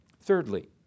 Thirdly